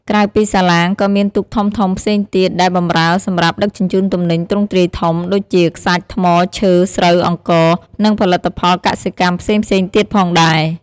ក្រៅពីសាឡាង ក៏មានទូកធំៗផ្សេងទៀតដែលប្រើសម្រាប់ ដឹកជញ្ជូនទំនិញទ្រង់ទ្រាយធំ ដូចជា ខ្សាច់ ថ្ម ឈើ ស្រូវ អង្ករ និងផលិតផលកសិកម្មផ្សេងៗទៀតផងដែរ។